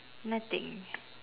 nothing